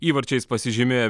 įvarčiais pasižymėjo